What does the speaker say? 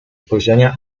spojrzenia